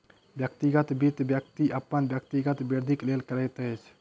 व्यक्तिगत वित्त, व्यक्ति अपन व्यक्तिगत वृद्धिक लेल करैत अछि